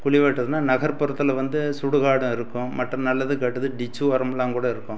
குழி வெட்டுறதுனா நகர்புறத்தில் வந்து சுடுகாடும் இருக்கும் மற்ற நல்லது கெட்டது டிச்சு ஓரமெலாம் கூட இருக்கும்